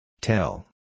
Tell